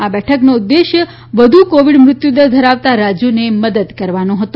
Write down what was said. આ બેઠકનો ઉદ્દેશ વધુ કોવિડ મૃત્યુદર ધરાવતા રાજ્યોને મદદ કરવાનો હતો